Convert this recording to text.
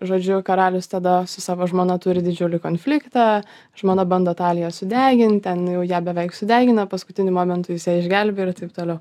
žodžiu karalius tada su savo žmona turi didžiulį konfliktą žmona bando taliją sudegint ten jau ją beveik sudegina paskutiniu momentu jis ją išgelbi ir taip toliau